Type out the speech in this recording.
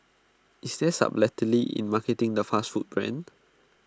is there subtlety in marketing the fast food brand